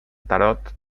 tarot